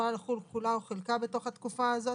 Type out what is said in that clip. יכולה לחול כולה או חלקה בתקופה הזאת.